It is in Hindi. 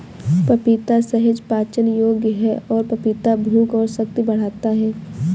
पपीता सहज पाचन योग्य है और पपीता भूख और शक्ति बढ़ाता है